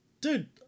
Dude